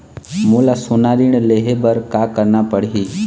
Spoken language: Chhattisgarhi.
मोला सोना ऋण लहे बर का करना पड़ही?